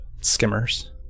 skimmers